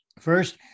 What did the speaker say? First